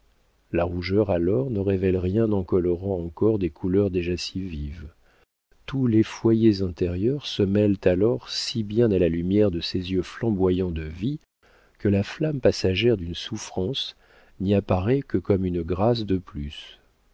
la rougeur alors ne révèle rien en colorant encore des couleurs déjà si vives tous les foyers intérieurs se mêlent alors si bien à la lumière de ces yeux flamboyants de vie que la flamme passagère d'une souffrance n'y apparaît que comme une grâce de plus